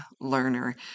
learner